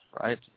right